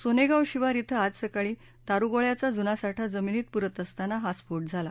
सोनेगाव शिवार इथं आज सकाळी दारुगोळ्याचा जुना साठा जमिनीत पुरत असताना हा स्फोट झाला